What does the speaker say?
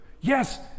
Yes